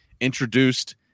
introduced